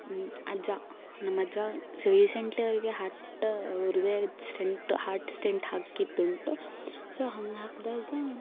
ಅಜ್ಜ ನಮ್ಮಜ್ಜ ಸಹ ರೀಸೆಂಟ್ಲಿ ಅವ್ರಿಗೆ ಹಾರ್ಟ್ ಹೃದಯದ ಸ್ಟಂಟ್ ಹಾರ್ಟ್ ಸ್ಟಂಟ್ ಹಾಕಿದ್ದುಂಟು ಸೊ ಹಂಗೆ ಹಾಕಿದಾಗ